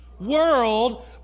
world